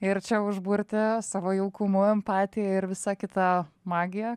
ir čia užburti savo jaukumu empatija ir visa kita magija